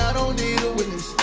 ah don't need a witness